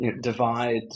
divide